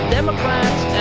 Democrats